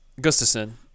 Gustafson